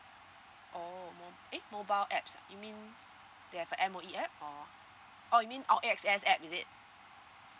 oh mo~ eh mobile apps ah you mean they have a M_O_E app or oh you mean oh A_X_S app is it